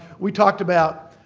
we talked about